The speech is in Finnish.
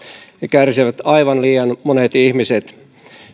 kärsivät aivan liian monet ihmiset